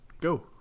Go